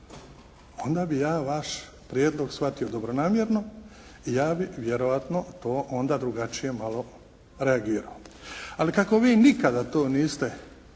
onda bi ja vaš prijedlog shvatio dobronamjerno i ja bih vjerojatno to onda drugačije malo reagirao. Ali kako vi nikada to niste,